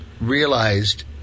realized